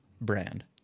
brand